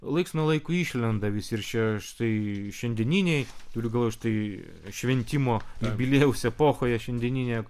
laiks nuo laiko išlenda vis ir čiaštai šiandieniniai turiu galvoj štai šventimo jubiliejaus epochoje šiandieninėje